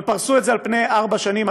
אבל פרסו את זה על פני ארבע שנים,